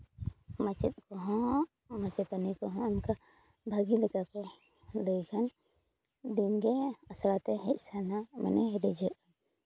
ᱢᱟᱪᱮᱫ ᱠᱚᱦᱚᱸ ᱢᱟᱪᱮᱛᱟᱱᱤ ᱠᱚᱦᱚᱸ ᱚᱱᱠᱟ ᱵᱷᱟᱹᱜᱤ ᱞᱮᱠᱟ ᱠᱚ ᱞᱟᱹᱭ ᱠᱷᱟᱱ ᱫᱤᱱᱜᱮ ᱟᱥᱲᱟ ᱛᱮ ᱦᱮᱡ ᱥᱟᱱᱟ ᱢᱟᱱᱮ ᱨᱤᱡᱷᱟᱹᱜ